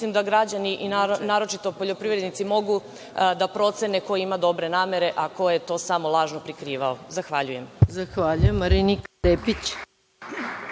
Mislim da građani, naročito poljoprivrednici mogu da procene ko ima dobre namere, a ko je to samo lažno prikrivao. Zahvaljujem. **Maja Gojković**